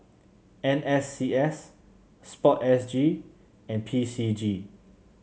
N S C S sport S G and P C G